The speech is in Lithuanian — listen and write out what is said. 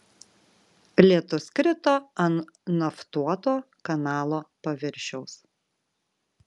lietus krito ant naftuoto kanalo paviršiaus